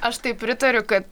aš tai pritariu kad